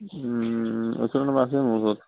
personal নম্বৰ আছে মোৰ ওচৰত